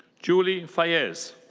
julie fayez.